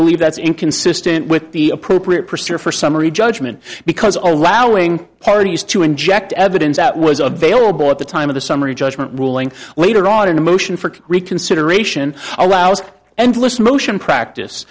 believe that's inconsistent with the appropriate procedure for summary judgment because allowing parties to inject evidence that was available at the time of the summary judgment ruling later on in a motion for reconsideration allows endless motion practice